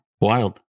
Wild